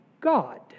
God